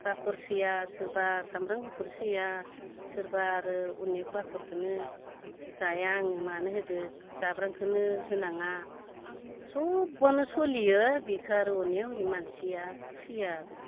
बाखर सैया सोरबा सामब्राम गुफुर सैया सोरबा आरो अनेक बाखरखौनो जाया आंनो मानो होदो जाब्रांखौनो होनाङा सबआनो सोलियो बेखौ आरो अनेक मानसिया सैया आरो